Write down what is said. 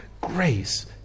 grace